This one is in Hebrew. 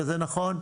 וזה נכון,